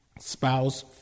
spouse